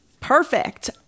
Perfect